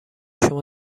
شما